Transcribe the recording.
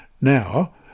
Now